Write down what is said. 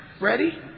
ready